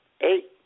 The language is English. Eight